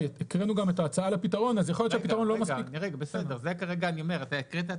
ולכן ניסינו למצוא פתרון שאומר וזה מה שהקראנו